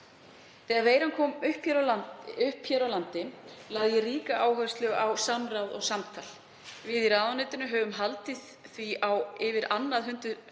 Þegar veiran kom upp hér á landi lagði ég ríka áherslu á samráð og samtal. Við í ráðuneytinu höfum því haldið á annað hundrað